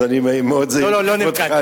אז אני, לא, לא נפגעתי.